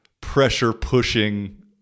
pressure-pushing